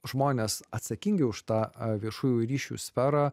žmonės atsakingi už tą viešųjų ryšių sferą